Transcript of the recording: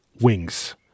wings